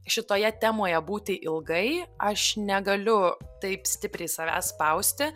šitoje temoje būti ilgai aš negaliu taip stipriai savęs spausti